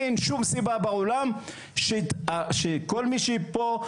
אין שום סיבה בעולם שכל מי שפה,